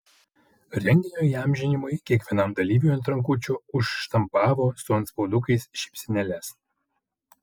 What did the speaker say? renginio įamžinimui kiekvienam dalyviui ant rankučių užštampavo su antspaudukais šypsenėles